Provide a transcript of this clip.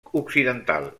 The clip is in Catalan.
occidental